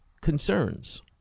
concerns